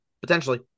Potentially